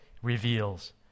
reveals